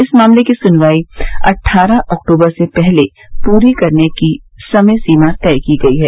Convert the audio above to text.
इस मामले की सुनवाई अट्ठारह अक्टूबर से पहले पूरी करने की समय सीमा तय की है